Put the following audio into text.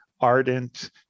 ardent